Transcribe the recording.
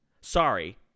Sorry